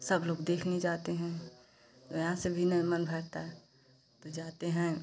सब लोग देखने जाते हैं यहाँ से भी नहीं मन भरता है तो जाते हैं